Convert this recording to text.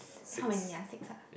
s~ how many ah six ah